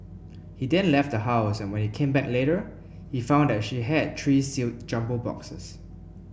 he then left the house and when he came back later he found that she had three sealed jumbo boxes